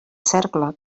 cercle